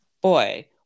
Boy